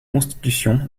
constitution